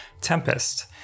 Tempest